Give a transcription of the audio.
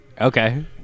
okay